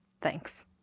Thanks